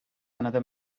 another